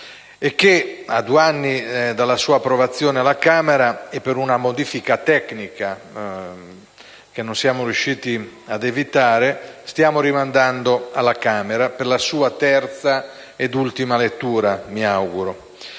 e che, a due anni dalla sua approvazione alla Camera, per una modifica tecnica che non siamo riusciti ad evitare di inserire, stiamo rimandando alla Camera per la sua terza e, mi auguro,